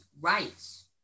rights